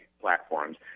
platforms